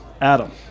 Adam